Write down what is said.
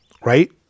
right